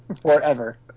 forever